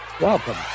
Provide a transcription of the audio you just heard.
welcome